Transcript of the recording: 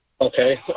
Okay